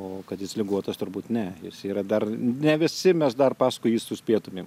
o kad jis ligotas turbūt ne jis yra dar ne visi mes dar paskui jį suspėtumėm